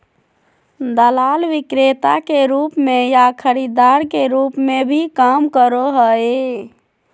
दलाल विक्रेता के रूप में या खरीदार के रूप में भी काम करो हइ